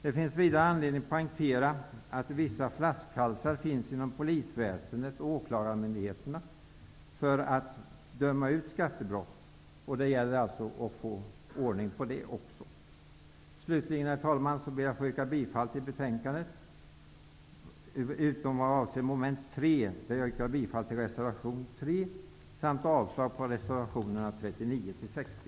Det finns vidare anledning att poängtera att vissa flaskhalsar finns inom polisväsendet och åklagarmyndigheterna när det gäller att beivra och döma för skattebrott. Det gäller alltså att få ordning på det också. Herr talman! Jag ber att få yrka bifall till hemställan i betänkandet utom vad avser mom. 3 där jag yrkar bifall till reservation 3. Jag yrkar vidare avslag på reservationerna 39--60.